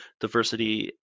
diversity